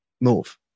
move